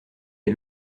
est